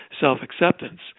self-acceptance